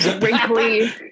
Wrinkly